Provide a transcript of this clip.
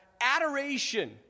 adoration